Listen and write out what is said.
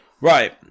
Right